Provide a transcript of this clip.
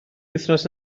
wythnos